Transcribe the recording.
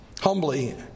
humbly